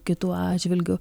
kitų atžvilgiu